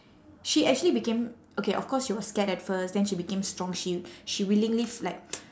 she actually became okay of course she was scared at first then she became strong she she willingly like